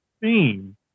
theme